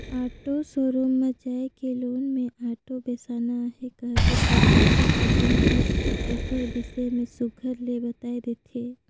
auto showroom म जाए के लोन में आॅटो बेसाना अहे कहबे तेकर ओ एजेंट हर ओकर बिसे में सुग्घर ले बताए देथे